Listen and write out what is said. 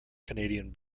canadian